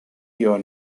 your